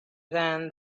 than